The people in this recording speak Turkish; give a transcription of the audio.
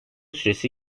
süresi